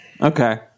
Okay